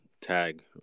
tag